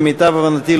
למיטב הבנתי,